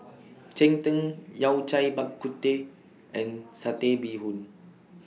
Cheng Tng Yao Cai Bak Kut Teh and Satay Bee Hoon